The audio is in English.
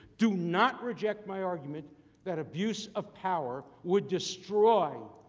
do not reject my argument that abuse of power would destroy,